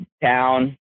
town